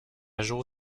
jour